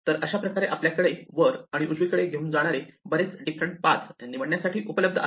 तर अशाप्रकारे आपल्याकडे वर आणि उजवीकडे घेऊन जाणारे बरेच डिफरंट पाथ निवडण्यासाठी उपलब्ध आहेत